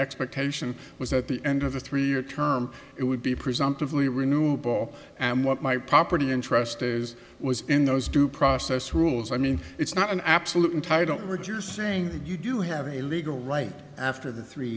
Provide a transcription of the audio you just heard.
expectation was at the end of the three year term it would be presumptively renewable and what my property interest is was in those due process rules i mean it's not an absolute entire don't we're just saying that you do have a legal right after the three